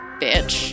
bitch